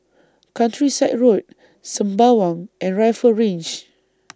Countryside Road Sembawang and Rifle Range